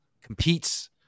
competes